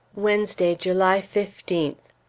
wednesday, july fifteenth.